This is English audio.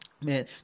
Man